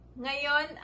ngayon